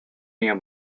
near